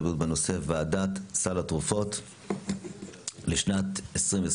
הבריאות בנושא ועדת סל התרופות לשנת 2023: